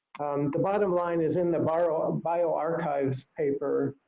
the bottom line is in the but ah um bioarchives paper,